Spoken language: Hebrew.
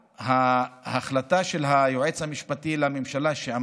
ההחלטה של היועץ המשפטי לממשלה: